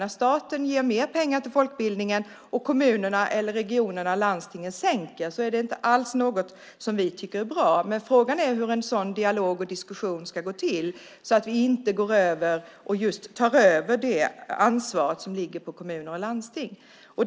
När staten ger mer pengar till folkbildningen och kommunerna och regionerna eller landstingen samtidigt sänker anslagen tycker vi inte att det är bra, men frågan är hur en sådan dialog och diskussion ska gå till så att vi inte tar över det ansvar som ligger på kommuner och landsting.